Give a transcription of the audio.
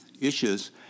issues